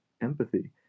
empathy